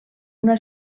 una